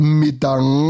midang